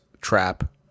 trap